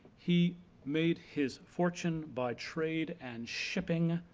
he made his fortune by trade and shipping,